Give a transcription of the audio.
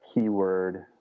keyword